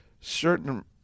certain